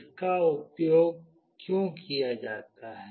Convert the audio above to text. इसका उपयोग क्यों किया जाता है